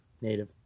Native